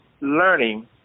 learning